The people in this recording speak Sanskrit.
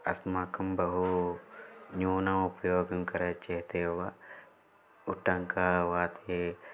अस्माकं बहु न्यूनम् उपयोगं करोति चेदेव उट्टङ्कवाते